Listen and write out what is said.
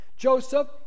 Joseph